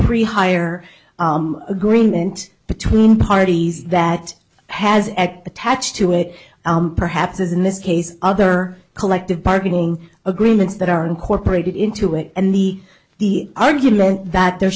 hire agreement between parties that has a attached to it perhaps as in this case other collective bargaining agreements that are incorporated into it and the the argument that there